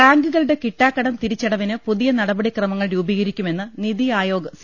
ബാങ്കുകളുടെ കിട്ടാക്കടം തിരിച്ചടവിന് പുതിയ നടപടി ക്രമ ങ്ങൾ രൂപീകരിക്കുമെന്ന് നിതി ആയോഗ് സി